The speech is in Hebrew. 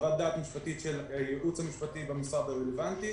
חוות דעת משפטי של הייעוץ המשפטי במשרד הרלוונטי,